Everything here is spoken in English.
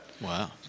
Wow